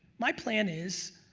my plan is,